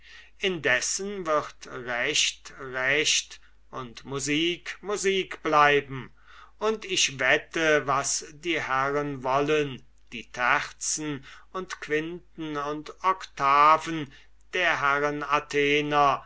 indessen wird recht recht und musik musik bleiben und ich wette was die herren wollen die terzen und quinten und octaven der herren